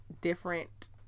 different